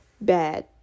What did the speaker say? bad